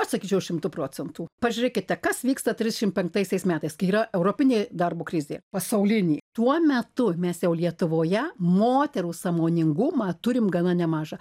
aš sakyčiau šimtu procentų pažiūrėkite kas vyksta trisšim penktaisiais metais kai yra europinė darbo krizė pasaulinė tuo metu mes jau lietuvoje moterų sąmoningumą turim gana nemažą